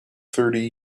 thirty